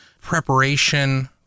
preparation